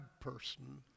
person